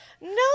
No